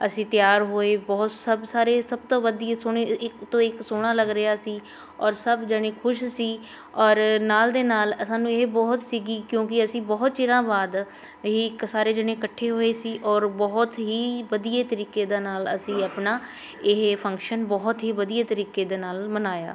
ਅਸੀਂ ਤਿਆਰ ਹੋਏ ਬਹੁਤ ਸਭ ਸਾਰੇ ਸਭ ਤੋਂ ਵੱਧ ਇਹ ਸੋਹਣੇ ਇੱਕ ਤੋਂ ਇੱਕ ਸੋਹਣਾ ਲੱਗ ਰਿਹਾ ਸੀ ਔਰ ਸਭ ਜਾਣੇ ਖੁਸ਼ ਸੀ ਔਰ ਨਾਲ ਦੇ ਨਾਲ ਸਾਨੂੰ ਇਹ ਬਹੁਤ ਸੀਗੀ ਕਿਉਂਕਿ ਅਸੀਂ ਬਹੁਤ ਚਿਰਾਂ ਬਾਅਦ ਹੀ ਇੱਕ ਸਾਰੇ ਜਾਣੇ ਇਕੱਠੇ ਹੋਏ ਸੀ ਔਰ ਬਹੁਤ ਹੀ ਵਧੀਆ ਤਰੀਕੇ ਦੇ ਨਾਲ ਅਸੀਂ ਆਪਣਾ ਇਹ ਫੰਕਸ਼ਨ ਬਹੁਤ ਹੀ ਵਧੀਆ ਤਰੀਕੇ ਦੇ ਨਾਲ ਮਨਾਇਆ